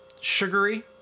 Sugary